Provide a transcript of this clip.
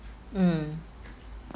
mm